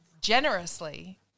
generously